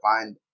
find